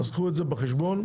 קחו את זה בחשבון.